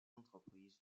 entreprises